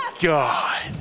God